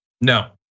No